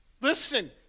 listen